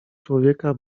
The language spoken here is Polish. człowieka